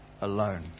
alone